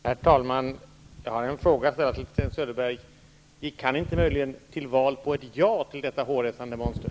Herr talman! Jag har en fråga till Sten Söderberg. Gick han inte möjligen till val på ett ja till detta hårresande monster?